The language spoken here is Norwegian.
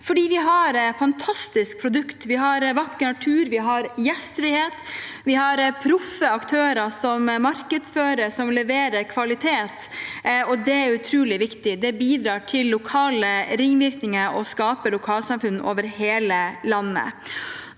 vi har et fantastisk produkt. Vi har vakker natur, vi har gjestfrihet, vi har proffe aktører som markedsfører og leverer kvalitet, og det er utrolig viktig. Det bidrar til lokale ringvirkninger og skaper lokalsamfunn over hele landet.